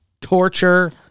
torture